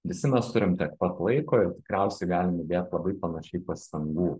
visi mes turim tiek pat laiko ir tikriausiai galim įdėt labai panašiai pastangų